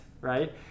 right